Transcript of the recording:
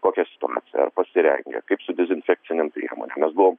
kokia situacija ar pasirengę kaip su dezinfekcinėm priemonėm mes buvom